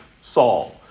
Saul